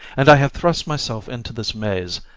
and i have thrust myself into this maze,